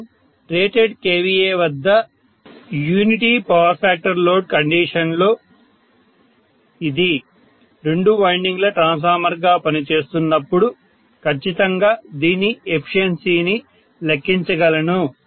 నేను rated kVA వద్ద unity power factor load కండీషన్లో ఇది రెండు వైండింగ్ ల ట్రాన్స్ఫార్మర్ గా పనిచేస్తున్నప్పుడు ఖచ్చితంగా దీని ఎఫిషియన్సీని లెక్కించగలను